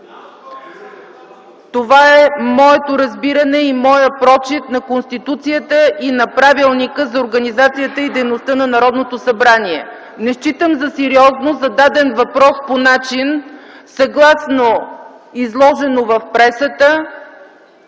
Това е моето разбиране и моя прочит на Конституцията и на Правилника за организацията и дейността на Народното събрание. Не считам за сериозно зададен въпрос по начин съгласно изложено в пресата